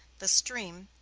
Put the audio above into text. the stream,